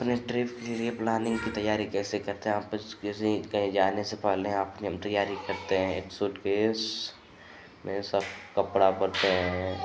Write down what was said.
अपने ट्रिप के लिए प्लानिन्ग की तैयारी कैसे करते हैं आप किसी कहीं जाने से पहले आप ने तैयारी करते हैं एक सूटकेस में सब कपड़ा भरते हैं